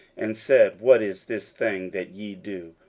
and said, what is this thing that ye do?